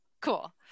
Cool